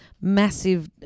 massive